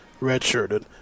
redshirted